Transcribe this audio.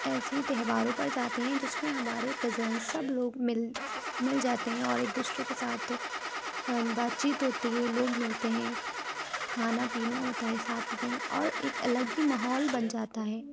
ایسے ہی تہواروں پر جاتے ہیں جس میں ہمارے کزنس سب لوگ مل مل جاتے ہیں اور ایک دوسرے کے ساتھ بات چیت ہوتی ہے لوگ ملتے ہیں کھانا پینا ہوتا ہے ساتھ میں اور ایک الگ ہی ماحول بن جاتا ہے